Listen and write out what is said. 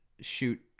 Shoot